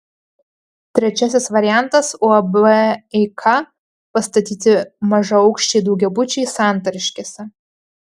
trečiasis variantas uab eika pastatyti mažaaukščiai daugiabučiai santariškėse